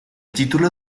título